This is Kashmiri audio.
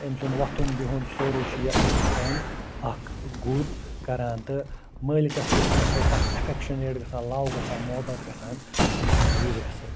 أمۍ سُنٛد وۄتھُن بیہُن سورُے چھُ یہِ اِنڈَرسٹینٛڈ اَکھ گُر کَران تہٕ مٲلکَس تہِ چھُ اَمہِ سۭتۍ اَکھ ایٚفیٚکشنیٹ گَژھان لَو گَژھان محبت گَژھان أمِس گُرِس سۭتۍ